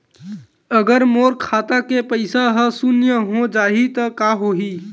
अगर मोर खाता के पईसा ह शून्य हो जाही त का होही?